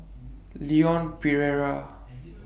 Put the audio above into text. Leon Perera